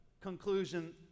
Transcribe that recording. conclusion